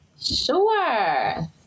Sure